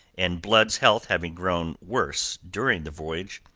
and blood's health having grown worse during the voyage,